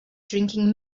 drinking